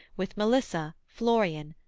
with melissa florian,